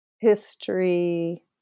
history